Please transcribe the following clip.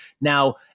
Now